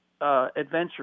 adventure